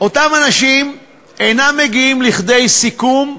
אותם אנשים אינם מגיעים לסיכום,